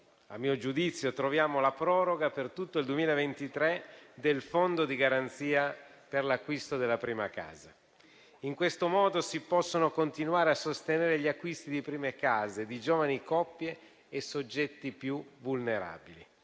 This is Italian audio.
a mio giudizio, troviamo la proroga per tutto il 2023 del fondo di garanzia per l'acquisto della prima casa. In questo modo si possono continuare a sostenere gli acquisti di prime case di giovani coppie e soggetti più vulnerabili.